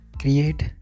create